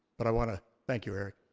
but i want to thank you, eric.